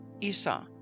Esau